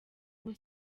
ubu